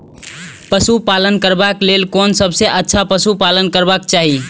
पशु पालन करबाक लेल कोन सबसँ अच्छा पशु पालन करबाक चाही?